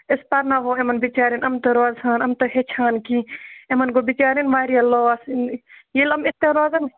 أسۍ پَرناوہو یِمَن بِچارٮ۪ن یِم تہٕ روزہن یِم تہِ ہیٚچھِ ہَن کیٚنٛہہ یِمن گوٚو بِچارٮ۪ن واریاہ لاس ییٚلہِ یِم یِتھٕ کٔنۍ روزَن